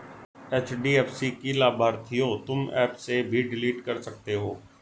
HDFC की लाभार्थियों तुम एप से भी डिलीट कर सकते हो